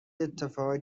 اتفاقی